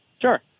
Sure